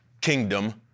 kingdom